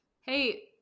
Hey